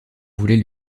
voulait